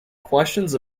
questions